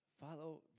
follow